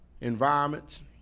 environments